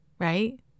right